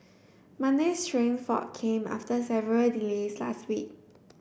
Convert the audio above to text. Monday's train fault came after several delays last week